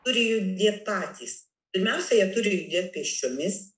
turi judėti patys pirmiausia jie turi gebėti pėsčiomis